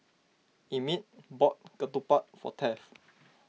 Emmit bought Ketupat for Taft